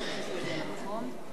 תגיע למקומך, בבקשה.